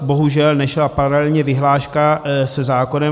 Bohužel nešla paralelně vyhláška se zákonem.